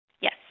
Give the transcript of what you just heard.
Yes